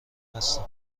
هستم